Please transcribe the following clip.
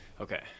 okay